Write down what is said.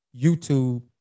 YouTube